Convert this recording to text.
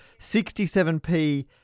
67P